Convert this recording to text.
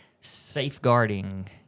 safeguarding